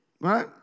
right